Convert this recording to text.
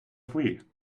free